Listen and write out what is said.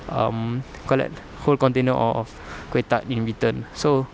um what you call that a whole container of kuih tart in return so